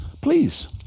please